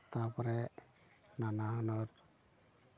ᱛᱟᱨᱯᱚᱨᱮ ᱱᱟᱱᱟ ᱦᱩᱱᱟᱹᱨ